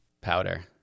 Powder